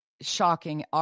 shocking